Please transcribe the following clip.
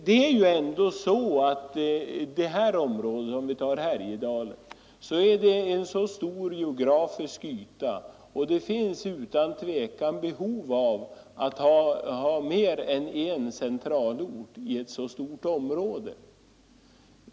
Om vi tar Härjedalen som exempel, vet vi att det rör sig om en stor geografisk yta, och det finns utan tvivel behov av mer än en centralort i ett så stort område.